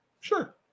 Sure